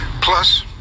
Plus